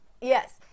Yes